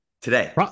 Today